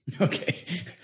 Okay